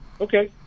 Okay